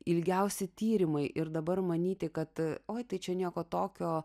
ilgiausi tyrimai ir dabar manyti kad oi tai čia nieko tokio